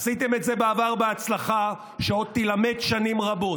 עשיתם את זה בעבר בהצלחה שעוד תילמד שנים רבות.